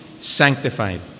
sanctified